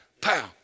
pow